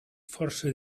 força